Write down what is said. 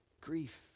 grief